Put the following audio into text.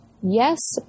yes